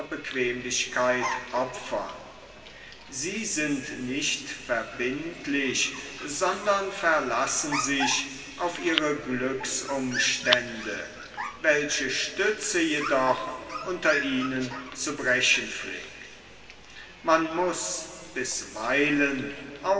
bequemlichkeit opfern sie sind nicht verbindlich sondern verlassen sich auf ihre glücksumstände welche stütze jedoch unter ihnen zu brechen pflegt man muß bisweilen